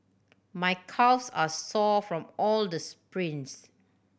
my calves are sore from all the sprints